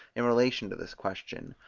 in relation to this question,